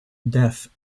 death